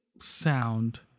sound